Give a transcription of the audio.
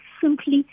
simply